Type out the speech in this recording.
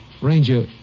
Ranger